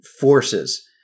forces